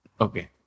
Okay